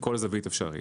מכל זווית אפשרית,